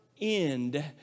end